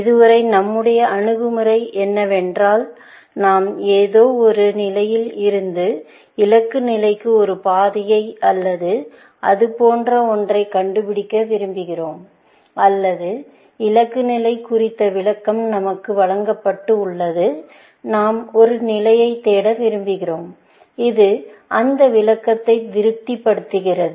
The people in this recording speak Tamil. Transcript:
இதுவரை நம்முடைய அணுகுமுறை என்னவென்றால் நாம் ஏதோ ஒரு நிலையில் இருந்து இலக்கு நிலைக்கு ஒரு பாதையை அல்லது அது போன்ற ஒன்றைக் கண்டுபிடிக்க விரும்புகிறோம் அல்லது இலக்கு நிலை குறித்த விளக்கம் நமக்கு வழங்கப்பட்டு உள்ளது நாம் ஒரு நிலையை தேட விரும்புகிறோம் இது அந்த விளக்கத்தை திருப்திப்படுத்துகிறது